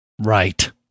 Right